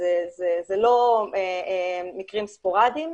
זה לא מקרים ספורדיים,